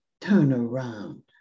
turnaround